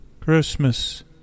Christmas